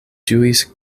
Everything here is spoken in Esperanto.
ĝuis